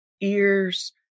ears